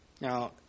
Now